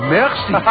merci